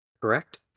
Correct